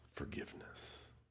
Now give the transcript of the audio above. forgiveness